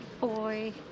boy